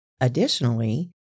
Additionally